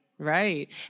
Right